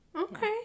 okay